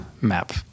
map